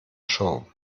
show